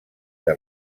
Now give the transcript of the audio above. que